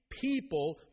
people